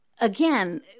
again